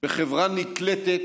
בחברה נקלטת